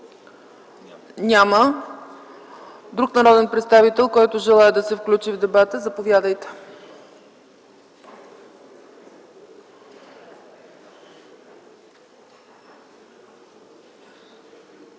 Няма. Друг народен представител, който желае да се включи в дебата? Заповядайте.